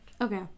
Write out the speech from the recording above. Okay